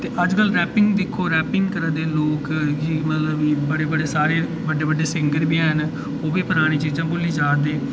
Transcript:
ते अज्जकल रैपिंग दिक्खो रैपिंग करा दे लोग मतलब की बड़े बड़े सारे बड्डे बड्डे सिंगर बी हैन ओह् बी परानी चीजां भु'ल्ली जा दे पराने गाने